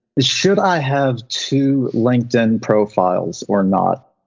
should i have two linkedin profiles or not?